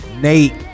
Nate